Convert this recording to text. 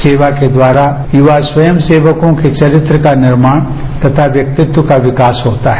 सेवा के द्वारा युवा स्वयं सेवकों के चरित्र का निर्माण तथा व्यक्तित्व का विकास होता है